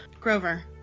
Grover